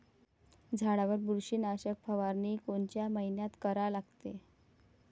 झाडावर बुरशीनाशक फवारनी कोनच्या मइन्यात करा लागते?